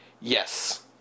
Yes